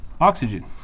oxygen